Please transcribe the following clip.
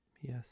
Yes